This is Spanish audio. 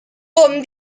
con